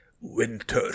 Winter